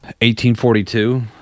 1842